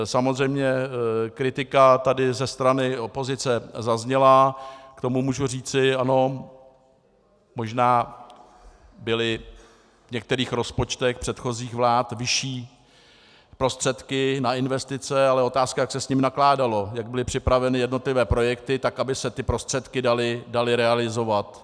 Samozřejmě kritika tady ze strany opozice zazněla, k tomu mohu říci: ano, možná byly v některých rozpočtech předchozích vlád vyšší prostředky na investice, ale otázka je, jak se s nimi nakládalo, jak byly připraveny jednotlivé projekty, tak aby se ty prostředky daly realizovat.